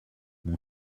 mon